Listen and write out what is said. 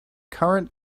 current